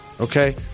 okay